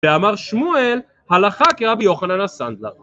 ואמר שמואל הלכה כרבי יוחנן הסנדלר